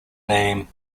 name